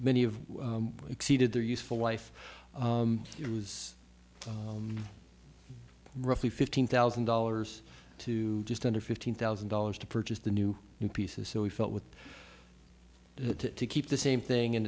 many of exceeded their useful life it was roughly fifteen thousand dollars to just under fifteen thousand dollars to purchase the new pieces so we felt with the to keep the same thing and